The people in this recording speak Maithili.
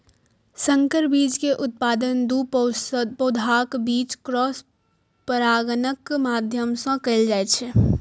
संकर बीज के उत्पादन दू पौधाक बीच क्रॉस परागणक माध्यम सं कैल जाइ छै